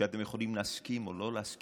אתם יכולים להסכים או לא להסכים,